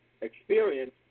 experience